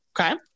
Okay